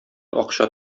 акча